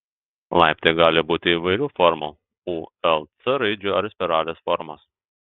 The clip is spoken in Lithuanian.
laiptai gali būti įvairių formų u l c raidžių ar spiralės formos